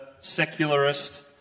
secularist